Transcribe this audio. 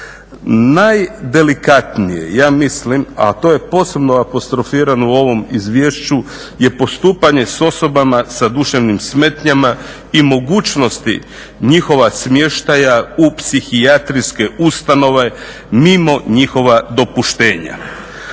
Najdelikatnije, ja mislim a to je posebno apostrofirano u ovom izvješću je postupanje s osobama sa duševnim smetnjama i mogućnosti njihova smještaja u psihijatrijske ustanove mimo njihova dopuštenja.